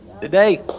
today